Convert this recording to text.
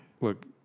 look